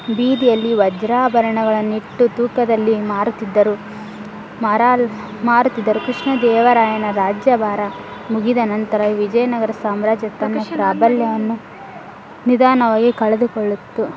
ಬೀದಿಯಲ್ಲಿ ವಜ್ರಾಭರಣಗಳನ್ನ ಇಟ್ಟು ತೂಕದಲ್ಲಿ ಮಾರುತ್ತಿದ್ದರು ಮಾರಲ್ಲಿ ಮಾರುತ್ತಿದ್ದರು ಕೃಷ್ಣ ದೇವರಾಯನ ರಾಜ್ಯಭಾರ ಮುಗಿದ ನಂತರ ವಿಜಯನಗರ ಸಾಮ್ರಾಜ್ಯ ತನ್ನ ಪ್ರಾಬಲ್ಯವನ್ನು ನಿಧಾನವಾಗಿ ಕಳೆದುಕೊಳ್ಳುತ್ತಾ